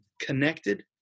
Connected